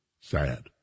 Sad